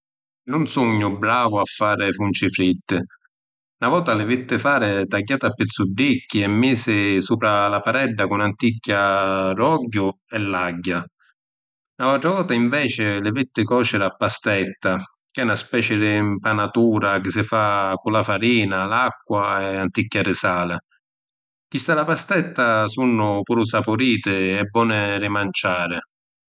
Nun sugnu bravu a fari funci fritti. Na vota li vitti fari tagghiati a pizzuddicchi e misi supra la padedda cu n’anticchia di ogghiu e l’agghia. N’autra vota, inveci, li vitti còciri a pastetta, ca è na specii di ‘mpanatura chi si fa cu la farina, l’acqua e ‘anticchia di sali. Chisti a la pastetta sunnu puru sapuriti e boni di manciàri.